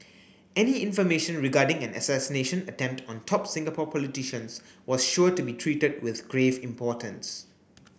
any information regarding an assassination attempt on top Singapore politicians was sure to be treated with grave importance